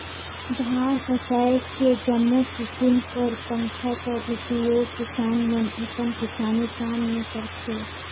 धान ओसाए के जम्मो किसिम कर पंखा कर परियोग किसान मन अपन किसानी काम मे करथे